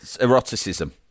eroticism